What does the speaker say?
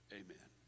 amen